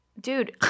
dude